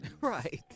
Right